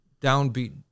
downbeat